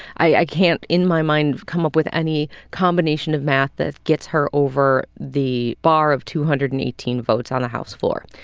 i can't, in my mind, come up with any combination of math that gets her over the bar of two hundred and eighteen votes on house floor.